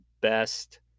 best